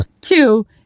Two